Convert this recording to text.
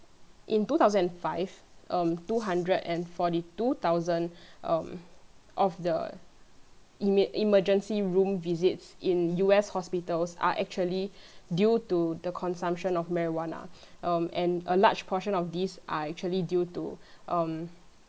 in two thousand and five um two hundred and forty two thousands um of the eme~ emergency room visits in U_S hospitals are actually due to the consumption of marijuana um and a large portion of this are actually due to um